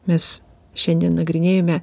mes šiandien nagrinėjome